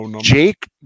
Jake